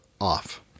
Off